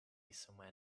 somewhere